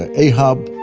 ah ahab,